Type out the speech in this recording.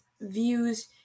views